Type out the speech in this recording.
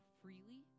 freely